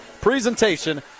presentation